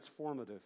transformative